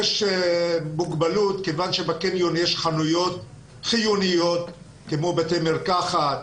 יש מוגבלות כיוון שבקניון יש חנויות חיוניות כמו בתי מרקחת,